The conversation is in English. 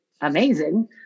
amazing